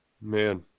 man